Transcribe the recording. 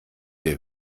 der